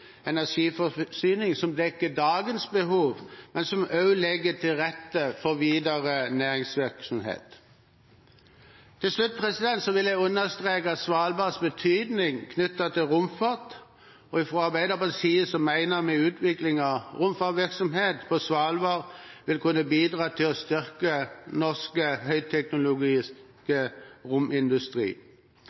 energiforsyning som dekker dagens behov, men må også legge til rette for videre næringsvirksomhet. Til slutt vil jeg understreke Svalbards betydning når det gjelder romfart. Fra Arbeiderpartiets side mener vi utviklingen av romfartsvirksomhet på Svalbard vil kunne bidra til å styrke norsk høyteknologisk romindustri.